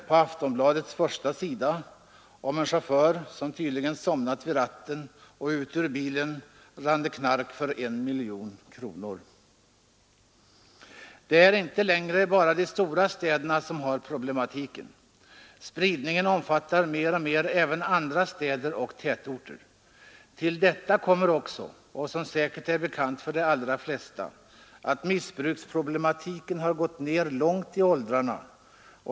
På Aftonbladets första sida kunda man också läsa om en chaufför som tydligen hade somnat vid ratten, och ut ur bilen rann knark för 1 miljon kronor. Det är inte längre bara de stora städerna som har narkotikaproblem. Spridningen av narkotika når mer och mer även andra städer och tätorter. Härtill kommer också — vilket säkert är bekant för de alldra flesta — att missbruket nu har gått långt ner i åldrarna.